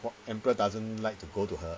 what emperor doesn't like to go to her